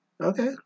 Okay